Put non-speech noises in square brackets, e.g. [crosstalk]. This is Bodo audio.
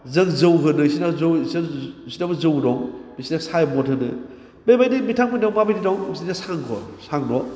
जों जौ होनो बिसोरनाव जौ [unintelligible] बिसोरनावबो जौ दं बिसोरनाव साइ मद होनो बेबादि बिथांमोननियाव माबादि दं बिसोरनिया सां न' सां न'